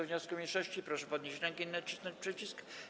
wniosku mniejszości, proszę podnieść rękę i nacisnąć przycisk.